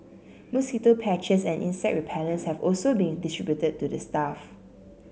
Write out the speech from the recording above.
mosquito patches and insect repellents have also been distributed to the staff